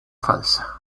falsa